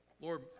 lord